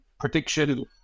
Prediction